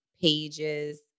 pages